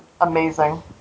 Amazing